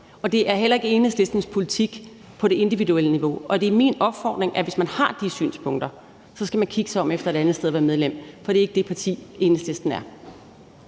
og det er heller ikke Enhedslistens politik på det individuelle niveau. Og det er min opfordring, at hvis man har de synspunkter, skal man kigge sig om efter et andet sted at være medlem, for det er ikke det parti, Enhedslisten er.